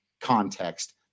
context